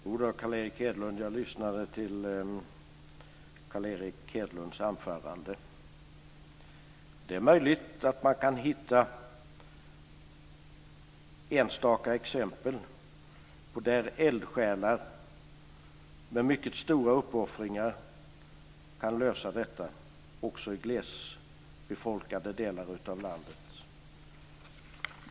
Fru talman! Jo då, jag lyssnade på Carl Erik Hedlunds anförande. Det är möjligt att man kan hitta enstaka exempel där eldsjälar med mycket stora uppoffringar kan lösa detta också i glesbefolkade delar av landet.